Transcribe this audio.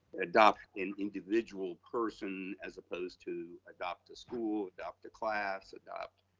adopt an individual person as opposed to adopt a school, adopt the class, adopt